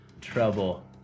trouble